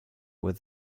with